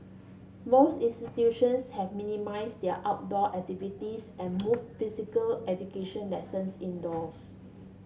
most institutions have minimised their outdoor activities and move physical education lessons indoors